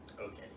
Okay